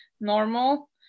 normal